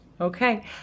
Okay